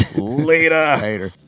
Later